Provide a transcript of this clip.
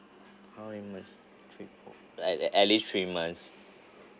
how many months trip for at at least three months